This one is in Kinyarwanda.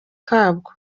kabwo